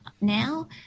now